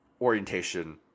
orientation